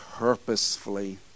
purposefully